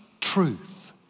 truth